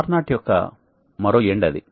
R0 యొక్క మరో end అది